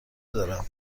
دارم